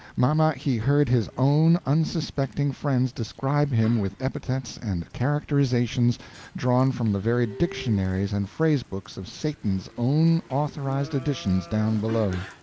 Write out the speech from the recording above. mamma, he heard his own unsuspecting friends describe him with epithets and characterizations drawn from the very dictionaries and phrase-books of satan's own authorized editions down below.